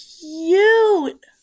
cute